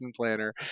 planner